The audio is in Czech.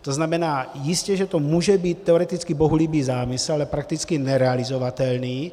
To znamená, jistě že to může být teoreticky bohulibý zámysl, ale prakticky nerealizovatelný.